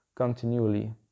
continually